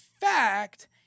fact